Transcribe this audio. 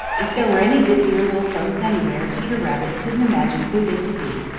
if there were any busier little folks anywhere peter rabbit couldn't imagine who they could be.